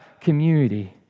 community